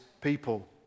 people